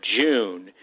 June